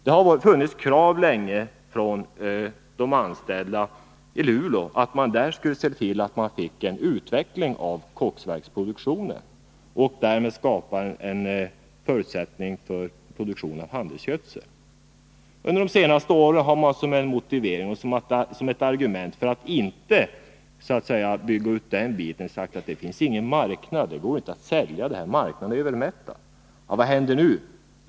Det har länge funnits krav från de anställda i Luleå att man där skall se till att få en utveckling av koksverksproduktionen och därmed skapa en Nr 38 förutsättning för produktionen av handelsgödsel. Under de senaste åren har Fredagen den man, som en motivering och som ett argument för att inte bygga ut den biten, 27 november 1981 sagt att det inte finns någon marknad för detta, att det inte går att sälja eftersom marknaden är övermättad. Men vad händer nu?